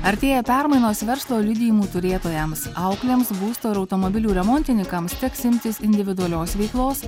artėja permainos verslo liudijimų turėtojams auklėms būsto ir automobilių remontininkams teks imtis individualios veiklos